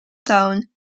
town